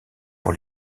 pour